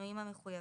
בשינויים המחויבים.